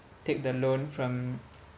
take the loan from